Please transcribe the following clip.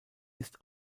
ist